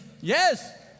yes